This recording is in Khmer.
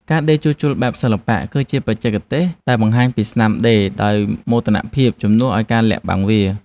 ការដេរជួសជុលបែបសិល្បៈ គឺជាបច្ចេកទេសដែលបង្ហាញពីស្នាមដេរដោយមោទនភាពជំនួសឱ្យការលាក់បាំងវា។